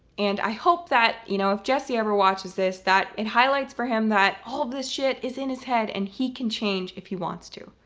and i hope that, you know, if jesse ever watches this, that it highlights for him that all of this shit is in his head and he can change if he wants to.